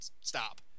Stop